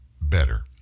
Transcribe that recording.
better